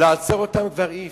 לעצור אותם כבר אי-אפשר.